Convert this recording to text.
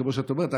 כמו שאת אומרת,